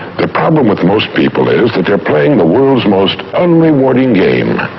the problem with most people is that they're playing the world's most unrewarding game,